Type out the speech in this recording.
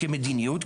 כמדיניות,